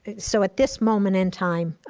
so at this moment in time,